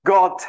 God